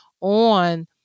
on